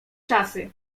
czasy